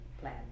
plan